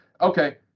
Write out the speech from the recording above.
Okay